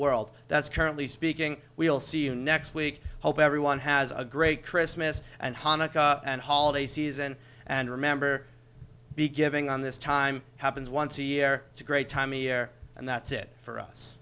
world that's currently speaking we'll see you next week hope everyone has a great christmas and hanukkah and holiday season and remember be giving on this time happens once a year to great time a year and that's it for us